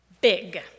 big